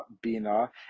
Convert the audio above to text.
bina